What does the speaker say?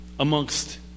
Amongst